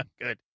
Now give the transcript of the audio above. Good